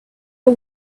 but